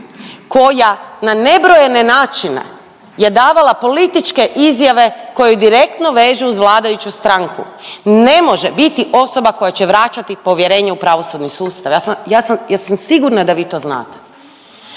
koja na nebrojene načine je davala političke izjave koju direktno veže uz vladajuću stranku ne može biti osoba koja će vraćati povjerenje u pravosudni sustav, ja sam, ja sam sigurna da vi to znate